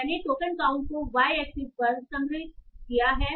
मैंने token count को y axis पर संग्रहीत किया है